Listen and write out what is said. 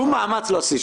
שום מאמץ לא עשיתם.